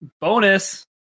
Bonus